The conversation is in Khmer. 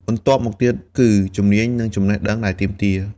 បន្ទាប់មកទៀតគឺ ជំនាញ និងចំណេះដឹង ដែលទាមទារ។